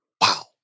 Wow